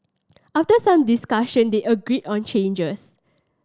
after some discussion they agreed on changes